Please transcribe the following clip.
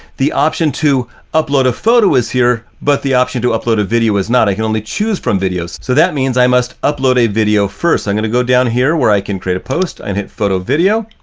the option to upload a photo is here, but the option to upload a video is not, i can only choose from videos. so that means i must upload a video first. i'm gonna go down here where i can create a post and hit photo video.